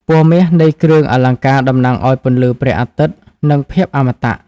ពណ៌មាសនៃគ្រឿងអលង្ការតំណាងឱ្យពន្លឺព្រះអាទិត្យ និងភាពអមតៈ។